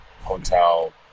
hotel